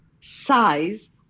size